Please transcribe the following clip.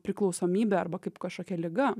priklausomybė arba kaip kažkokia liga